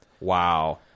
Wow